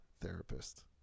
therapist